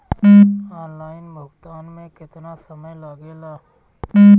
Online भुगतान में केतना समय लागेला?